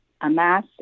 amass